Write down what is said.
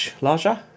Larger